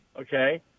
Okay